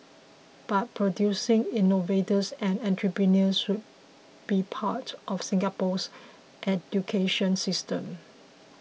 but producing innovators and entrepreneurs should be part of Singapore's education system